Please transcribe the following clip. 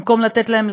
במקום לתת להם.